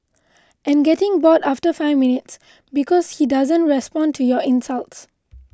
and getting bored after five minutes because he doesn't respond to your insults